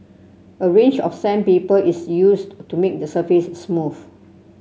a range of sandpaper is used to make the surface smooth